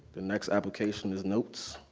the next application is notes.